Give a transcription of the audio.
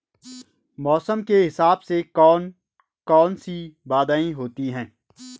मौसम के हिसाब से कौन कौन सी बाधाएं होती हैं?